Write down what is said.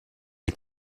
est